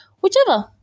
whichever